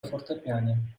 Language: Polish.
fortepianie